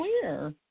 clear